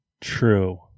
True